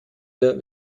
der